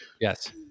Yes